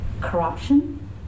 corruption